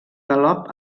galop